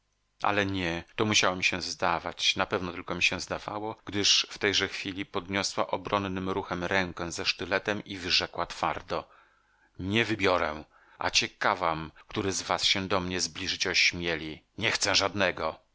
ale nie to musiało mi się zdawać napewno tylko mi się zdawało gdyż w tejże chwili podniosła obronnym ruchem rękę ze sztyletem i wyrzekła twardo nie wybiorę a ciekawam który z was się do mnie zbliżyć ośmieli nie chcę żadnego